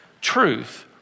truth